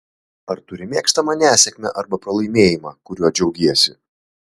ar turi mėgstamą nesėkmę arba pralaimėjimą kuriuo džiaugiesi